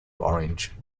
orange